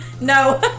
no